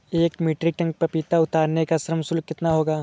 एक metric ton पपीता उतारने का श्रम शुल्क कितना होगा?